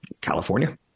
California